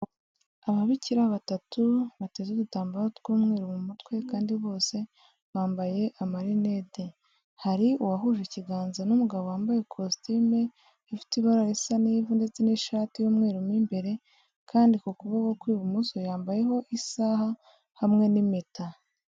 Ababikira batatu bateze udutambaro tw'umweru mu mutwe kandi bose bambaye amarinete, hari uwahuje ikiganza n'umugabo wambaye ikositimu ifite ibara risa n'ivu ndetse n'ishati y'umweru mo imbere kandi ku kuboko kw'ibumoso yambayeho isaha hamwe n'impeta.